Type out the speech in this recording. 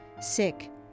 sick